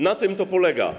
Na tym to polega.